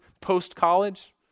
post-college